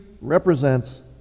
represents